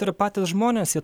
ir patys žmonės jie